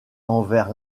envers